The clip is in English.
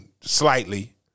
slightly